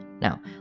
Now